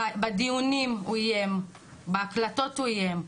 בדיונים הוא איים, בהקלטות הוא איים.